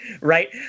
Right